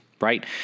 right